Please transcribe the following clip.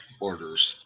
orders